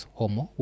homo